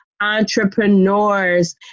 entrepreneurs